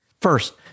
First